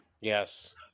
yes